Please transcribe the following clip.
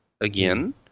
again